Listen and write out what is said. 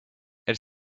elle